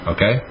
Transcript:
Okay